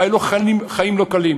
היו לו חיים לא קלים,